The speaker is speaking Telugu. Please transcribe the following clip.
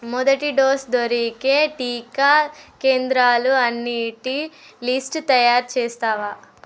మొదటి డోస్ దొరికే టీకా కేంద్రాలు అన్నింటి లిస్టు తయ్యారు చేస్తావా